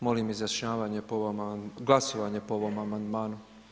Molim izjašnjavanje po ovom, glasovanje po ovom amandmanu.